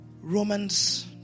Romans